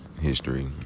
history